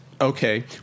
Okay